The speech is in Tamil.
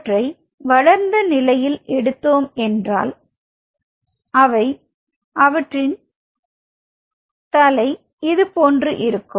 அவற்றை வளர்ந்த நிலையில் எடுத்தோம் என்றால் அவை அவற்றின் தலை இது போன்று இருக்கும்